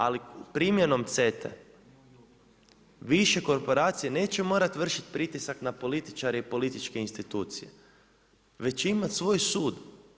Ali primjenom CETA-e više korporacije neće morati vršiti pritisak na političare i političke institucije već će imati svoj sud.